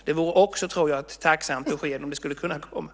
Det vore också ett besked som det vore tacksamt att få.